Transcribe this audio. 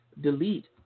delete